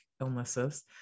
illnesses